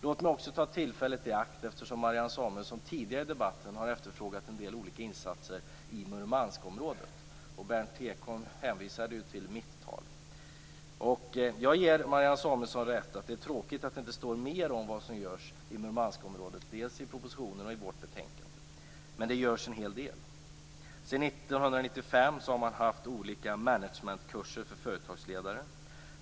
Låt mig också ta tillfället i akt att lämna lite information, eftersom Marianne Samuelsson tidigare i debatten har efterfrågat en del olika insatser i Murmanskområdet, och Berndt Ekholm hänvisade till mitt tal. Jag ger Marianne Samuelsson rätt. Det är tråkigt att det inte står mer om vad som görs i Murmanskområdet, dels i propositionen, dels i vårt betänkande. Men det görs en hel del. Sedan 1995 har man haft olika managementkurser för företagsledare.